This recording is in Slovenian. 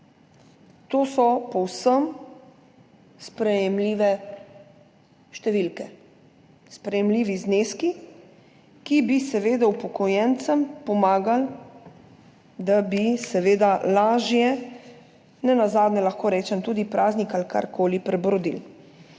To so povsem sprejemljive številke, sprejemljivi zneski, ki bi seveda upokojencem pomagali, da bi lažje prebrodili, nenazadnje lahko rečem, tudi praznik ali karkoli.